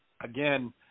Again